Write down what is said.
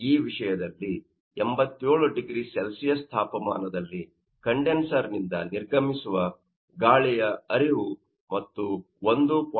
ಈ ವಿಷಯದಲ್ಲಿ 87 0C ತಾಪಮಾನದಲ್ಲಿ ಕಂಡೆನ್ಸರ್ನಿಂದ ನಿರ್ಗಮಿಸುವ ಗಾಳಿಯ ಹರಿವು ಮತ್ತು 1